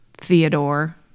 Theodore